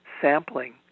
sampling